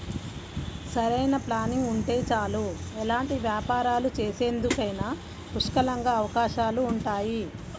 సరైన ప్లానింగ్ ఉంటే చాలు ఎలాంటి వ్యాపారాలు చేసేందుకైనా పుష్కలంగా అవకాశాలుంటాయి